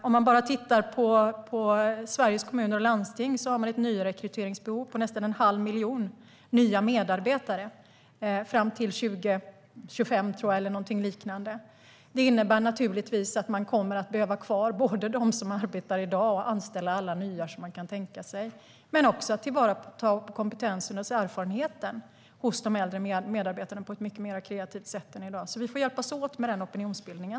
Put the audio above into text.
Om man tittar på Sveriges Kommuner och Landsting kan man se att de har ett nyrekryteringsbehov på nästan en halv miljon nya medarbetare fram till 2025 eller någonting liknande. Det innebär naturligtvis att de kommer att behöva både ha kvar dem som arbetar i dag och anställa alla nya som de kan tänka sig. Men det handlar också om att ta till vara kompetensen och erfarenheten hos de äldre medarbetarna på ett mycket mer kreativt sätt än i dag. Vi får hjälpas åt med den opinionsbildningen.